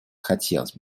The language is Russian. хотелось